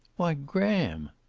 why, graham!